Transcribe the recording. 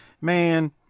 man